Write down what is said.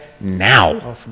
now